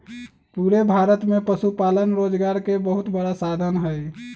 पूरे भारत में पशुपालन रोजगार के बहुत बड़ा साधन हई